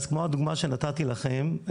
אז כמו הדוגמה שנתתי לכם,